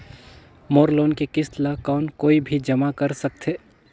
मोर loan के किस्त ल कौन कोई भी जमा कर सकथे?